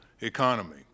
economy